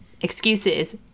excuses